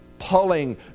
pulling